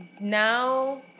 Now